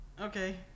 Okay